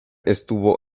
estuvo